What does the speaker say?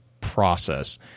process